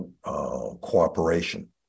cooperation